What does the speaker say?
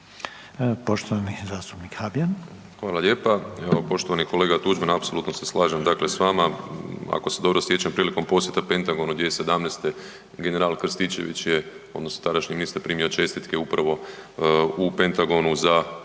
poštovani zastupnik g.